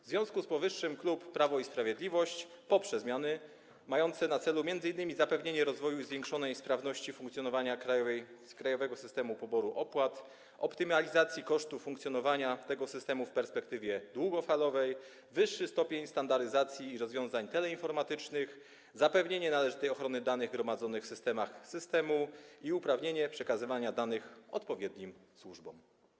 W związku z powyższym klub Prawo i Sprawiedliwość poprze zmiany mające na celu m.in. zapewnienie rozwoju i zwiększonej sprawności funkcjonowania Krajowego Systemu Poboru Opłat, optymalizację kosztów funkcjonowania tego systemu w perspektywie długofalowej, wyższy stopień standaryzacji i rozwiązań teleinformatycznych, zapewnienie należytej ochrony danych gromadzonych w ramach systemu i usprawnienie przekazywania danych odpowiednim służbom.